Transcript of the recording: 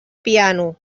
piano